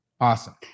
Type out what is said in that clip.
Awesome